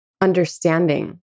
Understanding